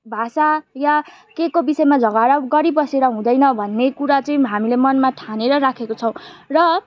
भाषा या केहीको विषयमा झगडा गरी बसेर हुँदैन भन्ने कुरा चाहिँ हामीले मनमा ठानेर राखेको छौँ र